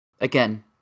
again